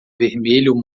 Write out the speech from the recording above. vermelho